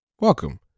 welcome